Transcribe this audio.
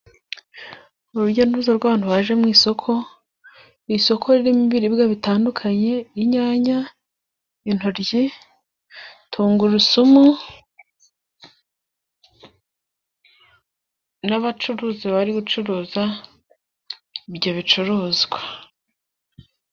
Urujya n'uruza rw'abantu baje mu isoko. Isoko ririmo ibiribwa bitandukanye: inyanya, intoryi tungurusumu n'abacuruzi bari gucuruza ibyo bicuruzwa.